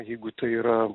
jeigu tai yra